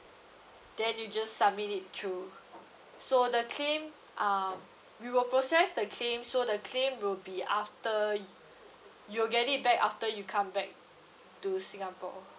then you just submit it through so the claim um we will process the claim so the claim will be after you you'll get it back after you come back to singapore